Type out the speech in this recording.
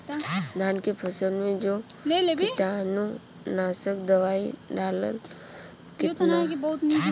धान के फसल मे जो कीटानु नाशक दवाई डालब कितना?